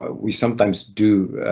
ah we sometimes do